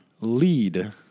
Lead